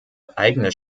eigene